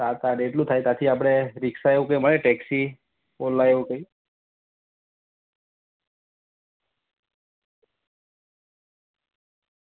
સાત આઠ એટલું થાય ત્યાંથી આપણે રિક્ષા એવું કંઈ મળે ટેક્સી ઓલા એવું કંઈ